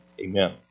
Amen